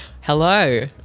Hello